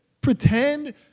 pretend